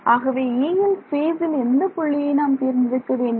ஆகவே Eயில் ஸ்பேசில் எந்த புள்ளியை நாம் தேர்ந்தெடுக்க வேண்டும்